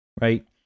Right